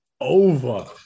over